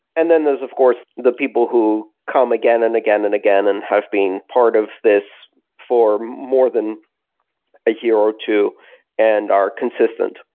then there's of course the people who come again and again and again and have been part of this for more than a year or two and are consistent.